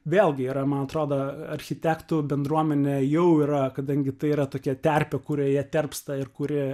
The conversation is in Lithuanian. vėlgi yra man atrodo architektų bendruomenė jau yra kadangi tai yra tokia terpė kurioje terpsta ir kuri